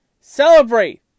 celebrate